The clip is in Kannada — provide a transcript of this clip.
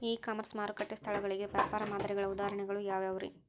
ಇ ಕಾಮರ್ಸ್ ಮಾರುಕಟ್ಟೆ ಸ್ಥಳಗಳಿಗೆ ವ್ಯಾಪಾರ ಮಾದರಿಗಳ ಉದಾಹರಣೆಗಳು ಯಾವವುರೇ?